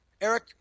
Eric